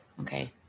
okay